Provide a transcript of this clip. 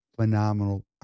phenomenal